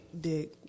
dick